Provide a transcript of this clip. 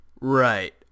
Right